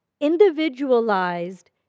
individualized